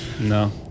No